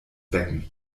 becken